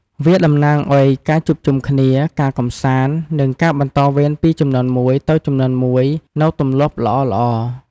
វាតំណាងឱ្យការជួបជុំគ្នា ការកម្សាន្ត និងការបន្តវេនពីជំនាន់មួយទៅជំនាន់មួយនូវទម្លាប់ល្អៗ។